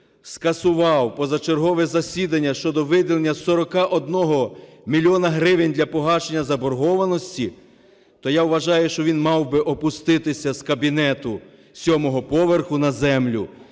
скасував позачергове засідання щодо виділення 41 мільйона гривень для погашення заборгованості, то я вважаю, що він мав би опуститися з кабінету 7 поверху на землю